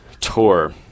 tour